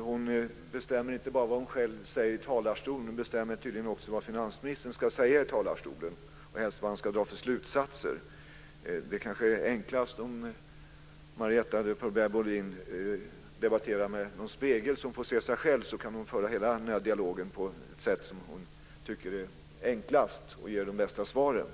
Hon bestämmer inte bara vad hon själv säger i talarstolen, utan hon bestämmer tydligen också vad finansministern ska säga i talarstolen och helst vad han ska dra för slutsatser. Det kanske är enklast om Marietta de Pourbaix-Lundin debatterar med en spegel så att hon ser sig själv och kan föra hela dialogen på ett sätt som hon tycker är enklast och får de bästa svaren.